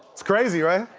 it's crazy, right?